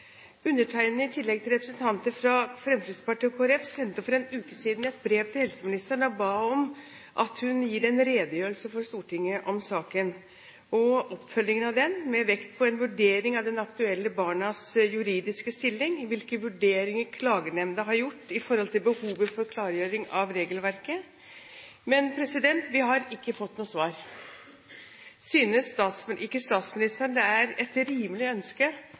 Undertegnede, i tillegg til representanter fra Fremskrittspartiet og Kristelig Folkeparti, sendte for en uke siden et brev til helseministeren der vi ba om at hun gir en redegjørelse for Stortinget om saken, oppfølgingen av den med vekt på en vurdering av de aktuelle barnas juridiske stilling og hvilke vurderinger klagenemnda har gjort av behovet for klargjøring av regelverket, men vi har ikke fått noe svar. Synes ikke statsministeren det er et rimelig ønske